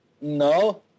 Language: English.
no